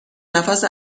نفس